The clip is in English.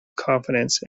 confidence